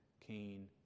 Cain